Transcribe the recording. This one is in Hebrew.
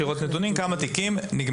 נבקש לראות נתונים שמראים כמה תיקים נגמרו